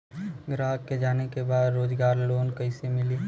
ग्राहक के जाने के बा रोजगार लोन कईसे मिली?